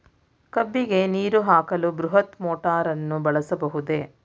ಕಬ್ಬಿಗೆ ನೀರು ಹಾಕಲು ಬೃಹತ್ ಮೋಟಾರನ್ನು ಬಳಸಬಹುದೇ?